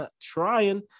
trying